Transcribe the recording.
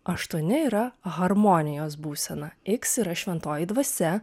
aštuoni yra harmonijos būsena iks yra šventoji dvasia